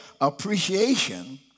appreciation